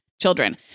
children